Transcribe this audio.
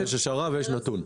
יש השערה ויש נתון.